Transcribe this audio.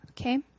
Okay